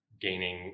gaining